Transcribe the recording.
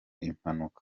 impanuka